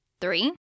Three